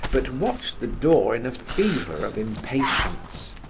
but watched the door in a fever of impatience.